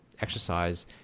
exercise